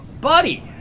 buddy